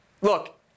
Look